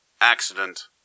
Accident